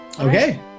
Okay